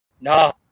No